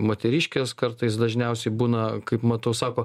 moteriškės kartais dažniausiai būna kaip matau sako